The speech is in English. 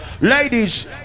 ladies